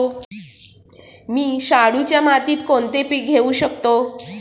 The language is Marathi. मी शाडूच्या मातीत कोणते पीक घेवू शकतो?